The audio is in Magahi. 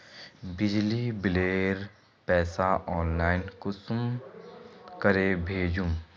बिजली बिलेर पैसा ऑनलाइन कुंसम करे भेजुम?